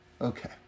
Okay